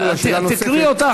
תקריא אותה,